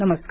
नमस्कार